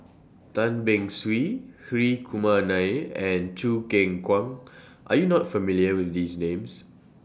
Tan Beng Swee Hri Kumar Nair and Choo Keng Kwang Are YOU not familiar with These Names